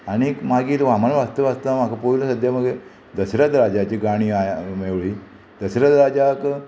आणीक मागीर रामायण वाचता वाचता म्हाका पयलो सद्द्या मागीर दशरत राजाची काणी मेवली दशरत राजाक